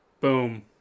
Boom